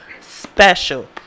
special